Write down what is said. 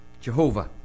Jehovah